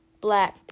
black